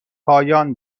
پایان